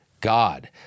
God